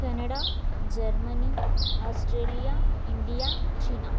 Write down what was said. Canada Germany Australia India China